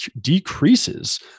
decreases